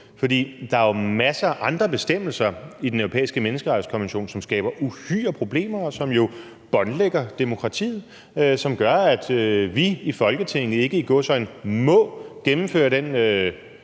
der er jo masser af andre bestemmelser i Den Europæiske Menneskerettighedskonvention, som skaber uhyre problemer, og som båndlægger demokratiet, og som gør, at vi i Folketinget ikke – i gåseøjne – må gennemføre den